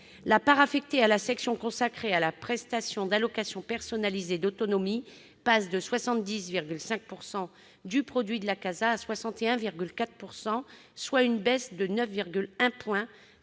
La part affectée à la section consacrée à la prestation d'allocation personnalisée d'autonomie passe de 70,5 % du produit de la CASA à 61,4 %, soit une baisse de 9,1 points,